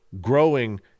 growing